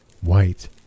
white